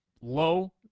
low –